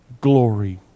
glory